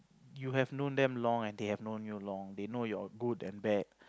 you have known them long and they have known you long they know your good and bad